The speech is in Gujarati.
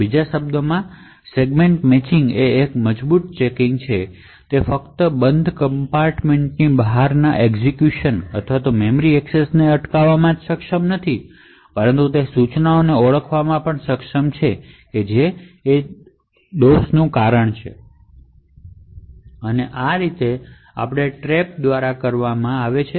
બીજા શબ્દોમાં કહીએ તો સેગમેન્ટ મેચિંગ એ એક મજબૂત ચેકિંગ છે તે ફક્ત બંધ કમ્પાર્ટમેન્ટની બહારના એક્ઝેક્યુશન અથવા મેમરી એક્સેસને અટકાવવામાં સક્ષમ નથી પરંતુ તે જે ફોલ્ટનું કારણ છે તે ઇન્સટ્રકશનને ઓળખવામાં પણ સક્ષમ છે અને આ ટ્રેપ દ્વારા કરવામાં આવે છે